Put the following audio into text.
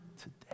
today